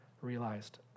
realized